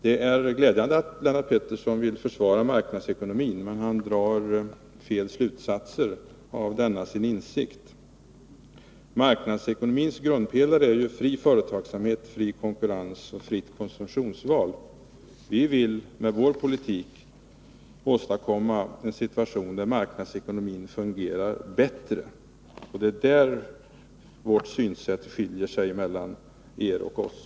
Det är glädjande att Lennart Pettersson vill försvara marknadsekonomin, men han drar felaktiga slutsatser av denna sin insikt. Marknadsekonomins grundpelare är ju fri företagsamhet, fri konkurrens och fritt konsumtionsval. Vi vill med vår politik åstadkomma en situation där marknadsekonomin fungerar bättre, och det är där vårt synsätt skiljer sig från socialdemokraternas.